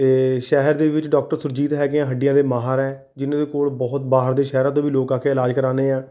ਅਤੇ ਸ਼ਹਿਰ ਦੇ ਵਿੱਚ ਡਾਕਟਰ ਸੁਰਜੀਤ ਹੈਗੇ ਆ ਹੱਡੀਆਂ ਦੇ ਮਾਹਰ ਹੈ ਜਿਨ੍ਹਾਂ ਦੇ ਕੋਲ ਬਹੁਤ ਬਾਹਰ ਦੇ ਸ਼ਹਿਰਾਂ ਦੇ ਵੀ ਲੋਕ ਆ ਕੇ ਇਲਾਜ ਕਰਾਉਂਦੇ ਆ